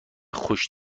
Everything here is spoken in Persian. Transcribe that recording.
خوش